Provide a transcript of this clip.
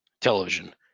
television